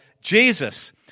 Jesus